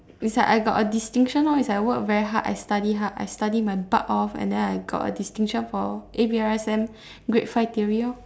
is like I got a distinction lor is I work very hard I study hard I study my butt off and then I got a distinction for A_B_R_S_M grade five theory lor